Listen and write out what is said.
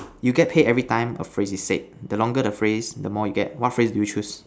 you get paid every time a phrase is said the longer the phrase the more you get what phrase do you choose